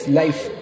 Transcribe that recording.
life